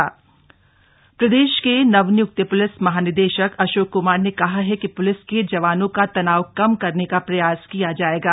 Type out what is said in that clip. प्रलिस सम्मेलन प्रदेश के नवनियुक्त पुलिस महानिदेशक अशोक कुमार ने कहा है कि पुलिस के जवानों का तनाव कम करने का प्रयास किया जाएगा